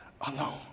alone